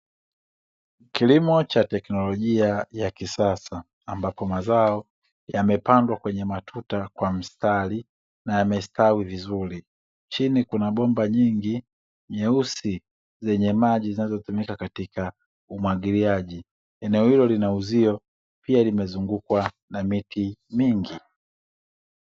Kilimo cha teknolojia ya kisasa ambapo mazao yamepandwa kwenye matuta kwa mstari na yamestawi vizuri, chini kuna bomba nyingi nyeusi zenye maji zinazotumika katika umwagiliaji. Eneo hilo lina uzio pia limezungukwa na miti mingi.